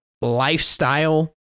lifestyle